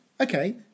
Okay